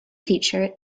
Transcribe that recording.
feature